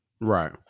Right